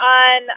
on –